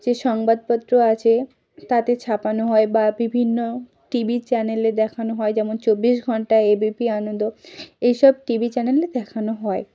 যে সংবাদপত্র আছে তাতে ছাপানো হয় বা বিভিন্ন টিভি চ্যানেলে দেখানো হয় যেমন চব্বিশ ঘণ্টা এবিপি আনন্দ এইসব টিভি চ্যানেলে দেখানো হয়